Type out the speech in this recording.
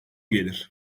gelir